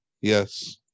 yes